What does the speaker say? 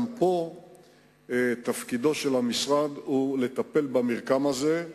גם פה תפקידו של המשרד הוא לטפל במרקם הזה,